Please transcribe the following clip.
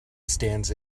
stands